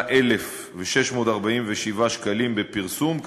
51,528,647 שקלים בפרסום,